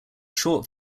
short